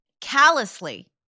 callously